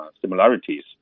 similarities